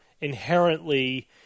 inherently